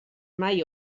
mai